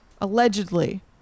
Allegedly